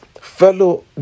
fellow